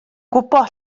gwybod